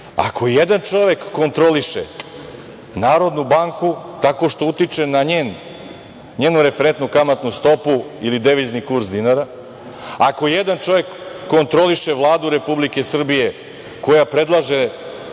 ako jedan čovek kontroliše Narodnu banku tako što utiče na njenu referentnu kamatnu stopu ili devizni kurs dinara, ako jedan čovek kontroliše Vladu Republike Srbije koja predlaže